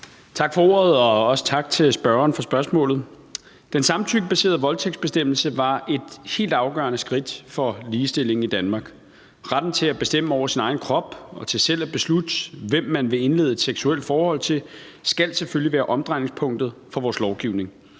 Tak for ordet. Og også tak til spørgeren for spørgsmålet. Den samtykkebaserede voldtægtsbestemmelse var et helt afgørende skridt for ligestillingen i Danmark. Retten til at bestemme over sin egen krop og til selv at beslutte, hvem man vil indlede et seksuelt forhold til, skal selvfølgelig være omdrejningspunktet for vores lovgivning,